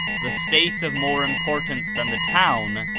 the state of more importance than the town,